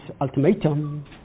ultimatum